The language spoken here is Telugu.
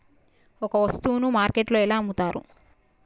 ఒక వస్తువును మార్కెట్లో ఎలా అమ్ముతరు?